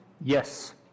Yes